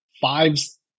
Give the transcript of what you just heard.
fives